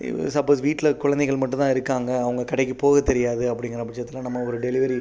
இது சப்போஸ் வீட்டில் குழந்தைகள் மட்டும் தான் இருக்காங்க அவங்க கடைக்கு போக தெரியாது அப்படிங்கிற பட்சத்தில் நம்ம ஒரு டெலிவரி